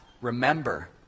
remember